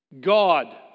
God